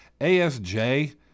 ASJ